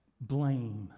Blame